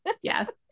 yes